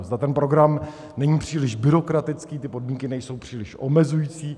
Zda ten program není příliš byrokratický, ty podmínky nejsou příliš omezující.